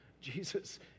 Jesus